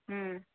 ம்